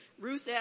Ruth